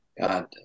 God